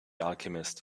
alchemist